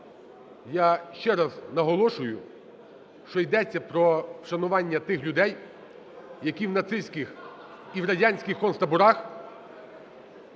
я ще раз наголошую, що йдеться про вшанування тих людей, які в нацистських і в радянських концтаборах